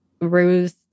ruse